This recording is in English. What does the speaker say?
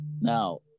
now